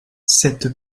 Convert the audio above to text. cette